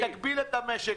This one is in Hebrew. היא תגביל את המשק,